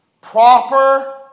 proper